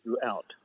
throughout